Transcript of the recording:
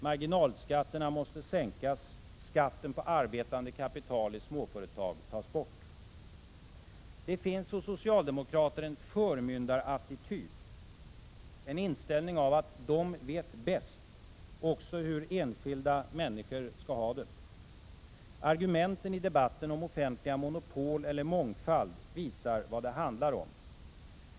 Marginalskatterna måste sänkas, skatten på arbetande kapital i småföretag tas bort. Det finns hos socialdemokrater en förmyndarattityd, en inställning att de vet bäst, också hur enskilda människor skall ha det. Argumenten i debatten om offentliga monopol eller mångfald visar vad det handlar om.